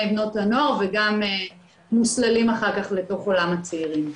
ובנות הנוער וגם מוסללים אחר כך לתוך עולם הצעירים.